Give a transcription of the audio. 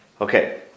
Okay